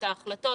את ההחלטות.